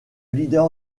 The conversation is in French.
leader